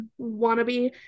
wannabe